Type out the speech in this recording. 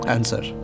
Answer